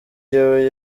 jyewe